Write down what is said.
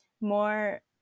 more